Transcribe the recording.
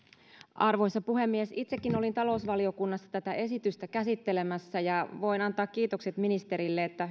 arvoisa puhemies itsekin olin talousvaliokunnassa tätä esitystä käsittelemässä ja voin antaa ministerille kiitokset että